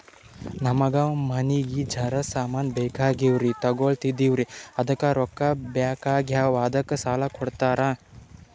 ನಮಗ ಮನಿಗಿ ಜರ ಸಾಮಾನ ಬೇಕಾಗ್ಯಾವ್ರೀ ತೊಗೊಲತ್ತೀವ್ರಿ ಅದಕ್ಕ ರೊಕ್ಕ ಬೆಕಾಗ್ಯಾವ ಅದಕ್ಕ ಸಾಲ ಕೊಡ್ತಾರ?